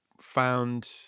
found